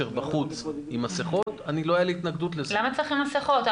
אז אני רוצה לצייר את המציאות בשטח.